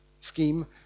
scheme